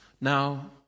Now